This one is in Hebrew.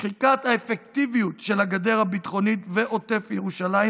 שחיקת האפקטיביות של הגדר הביטחונית ועוטף ירושלים